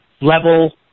level